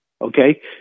Okay